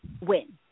win